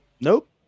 nope